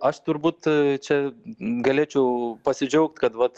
aš turbūt čia galėčiau pasidžiaugt kad vat